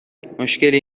مشکلی